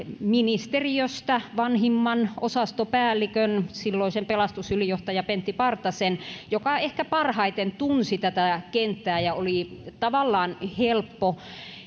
ministeriöstä vanhimman osastopäällikön silloisen pelastusylijohtajan pentti partasen joka ehkä parhaiten tunsi tätä kenttää ja oli tavallaan helppo